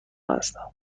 هستم